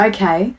Okay